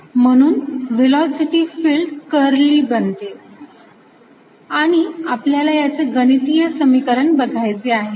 म्हणून velocity field curly बनते आणि आपल्याला याचे गणितीय समीकरण बघायचे आहे